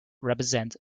represent